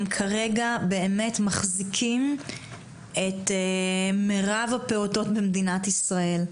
הם כרגע באמת מחזיקים את מירב הפעוטות במדינת ישראל.